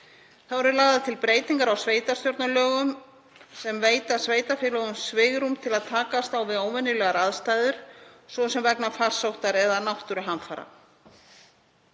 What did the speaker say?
Þá eru lagðar til breytingar á sveitarstjórnarlögum sem veita sveitarfélögunum svigrúm til að takast á við óvenjulegar aðstæður, svo sem vegna farsótta eða náttúruhamfara.